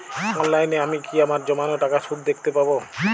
অনলাইনে আমি কি আমার জমানো টাকার সুদ দেখতে পবো?